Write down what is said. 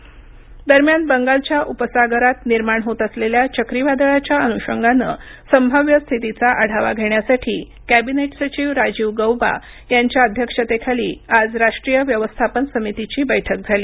बैठक दरम्यान बंगालच्या उपसागरात निर्माण होत असलेल्या चक्रीवादळाच्या अनुषंगानं संभाव्य स्थितीचा आढावा घेण्यासाठी कॅबिनेट सचिव राजीव गौबा यांच्या अध्यक्षतेखाली आज राष्ट्रीय व्यवस्थापन समितीची बैठक झाली